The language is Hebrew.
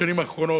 בשנים האחרונות,